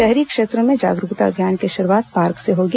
शहरी क्षेत्रों में जागरूकता अभियान की शुरूआत पार्क से होगी